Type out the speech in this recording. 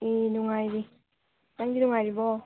ꯎꯝ ꯅꯨꯉꯥꯏꯔꯤ ꯅꯪꯗꯤ ꯅꯨꯉꯥꯏꯔꯤꯕꯣ